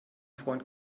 freund